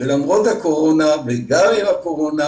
למרות הקורונה וגם עם הקורונה,